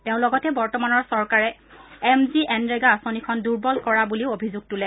তেওঁ লগতে বৰ্তমানৰ চৰকাৰে এম জি এনৰেগা আঁচনিখন দুৰ্বল কৰা বুলিও অভিযোগ তোলে